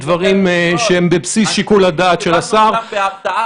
שנבין על מה מדובר.